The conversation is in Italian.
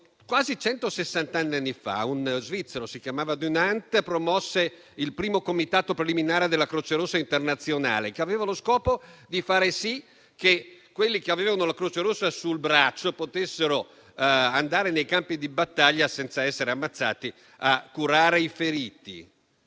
anni fa, uno svizzero di nome Dunant promosse il primo comitato preliminare della Croce Rossa internazionale, che aveva lo scopo di far sì che quelli che avevano la croce rossa sul braccio potessero andare nei campi di battaglia, senza essere ammazzati, a curare i feriti.